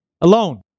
alone